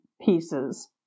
pieces